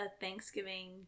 Thanksgiving